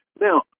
Now